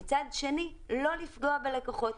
ומצד שני לא לפגוע בלקוחות,